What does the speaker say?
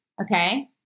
okay